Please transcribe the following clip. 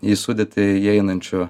į sudėtį įeinančių